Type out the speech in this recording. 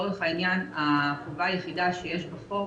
לצורך העניין החובה היחידה שיש בחוק